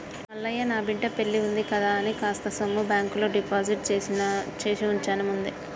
మల్లయ్య నా బిడ్డ పెల్లివుంది కదా అని కాస్త సొమ్ము బాంకులో డిపాజిట్ చేసివుంచాను ముందే